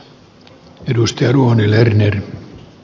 arvoisa puhemies